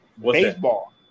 baseball